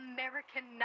American